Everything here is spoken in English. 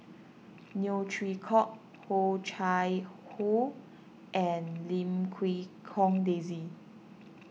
Neo Chwee Kok Oh Chai Hoo and Lim Quee Hong Daisy